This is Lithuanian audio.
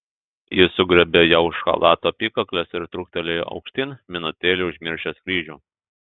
jis sugriebė ją už chalato apykaklės ir truktelėjo aukštyn minutėlei užmiršęs kryžių